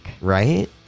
Right